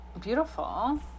Beautiful